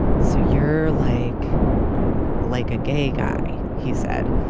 so you're, like like a gay guy, he said.